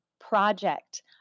project